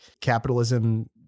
capitalism